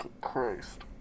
Christ